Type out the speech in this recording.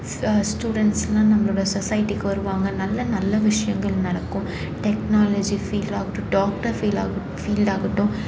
ச ஸ்டூடண்ட்ஸுலாம் நம்மளோட சொசைட்டிக்கு வருவாங்க நல்ல நல்ல விஷயங்கள் நடக்கும் டெக்னாலஜி ஃபீல்டாகட்டும் டாக்டர் ஃபீலாகட் ஃபீல்ட்டாகட்டும்